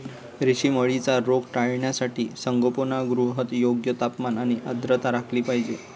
रेशीम अळीचा रोग टाळण्यासाठी संगोपनगृहात योग्य तापमान आणि आर्द्रता राखली पाहिजे